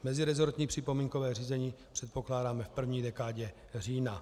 Mezirezortní připomínkové řízení předpokládáme v první dekádě října.